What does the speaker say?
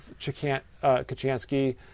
Kachansky